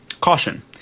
caution